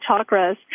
chakras